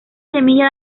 semilla